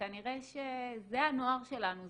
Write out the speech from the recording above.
וכנראה שזה הנוער שלנו,